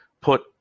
put